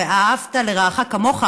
ואהבת לרעך כמוך,